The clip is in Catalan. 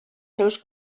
seus